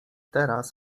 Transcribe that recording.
teraz